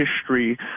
history